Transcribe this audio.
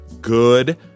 good